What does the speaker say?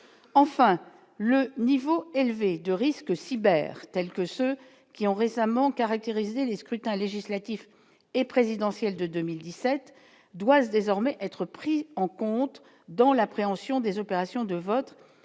enfin le niveau élevé de risques cyber tels que ceux qui ont récemment caractérisé les scrutins législatif et présidentiel de 2017 doit s'désormais être pris en compte dans l'appréhension des opérations de vote